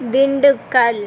Dindigul